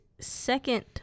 second